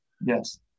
Yes